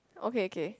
okay okay